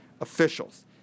officials